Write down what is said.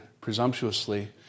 presumptuously